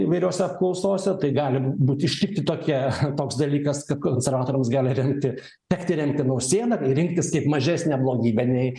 įvairiose apklausose tai gali būti ištikti tokia toks dalykas kad konservatoriams gali rengti tekti remti nausėdą rinktis kaip mažesnę blogybę nei